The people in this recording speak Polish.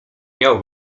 miał